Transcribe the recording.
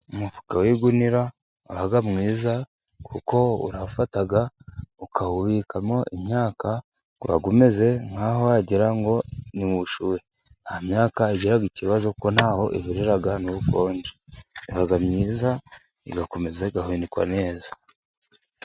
Umufuka w'igunira uba mwiza, kuko urawufata ukawubikamo imyaka uba umeze nk'aho wagira ngo ni mu bushyuhe, nta myaka igira ikibazo ko ntaho ihurira n'ubukonje, iba myiza igakomeza igahunikwa neza.